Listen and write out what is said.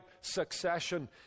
succession